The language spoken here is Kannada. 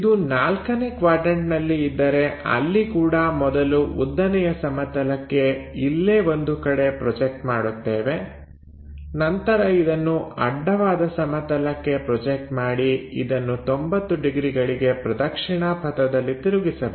ಇದು ನಾಲ್ಕನೇ ಕ್ವಾಡ್ರನ್ಟನಲ್ಲಿ ಇದ್ದರೆ ಅಲ್ಲಿ ಕೂಡ ಮೊದಲು ಉದ್ದನೆಯ ಸಮತಲಕ್ಕೆ ಇಲ್ಲೇ ಒಂದು ಕಡೆ ಪ್ರೊಜೆಕ್ಟ್ ಮಾಡುತ್ತೇವೆ ನಂತರ ಇದನ್ನು ಅಡ್ಡವಾದ ಸಮತಲಕ್ಕೆ ಪ್ರೊಜೆಕ್ಟ್ ಮಾಡಿ ಇದನ್ನು 90 ಡಿಗ್ರಿಗಳಿಗೆ ಪ್ರದಕ್ಷಿಣಾ ಪಥದಲ್ಲಿ ತಿರುಗಿಸಬೇಕು